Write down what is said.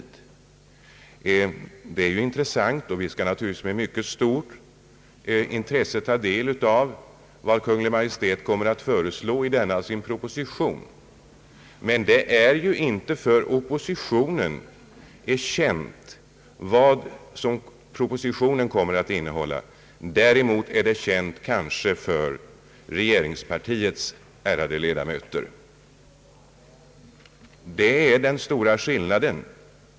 Det är ju intressant, och vi skall naturligtvis med mycket stort intresse ta del av vad Kungl. Maj:t kommer att föreslå i sin proposition. Men vad propositionen kommer att innehålla är ju inte känt för oppositionen, däremot är det kanske känt för regeringspartiet. Det är den stora skillnaden.